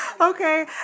Okay